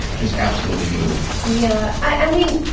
just absolutely moved. yeah. i mean,